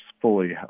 fully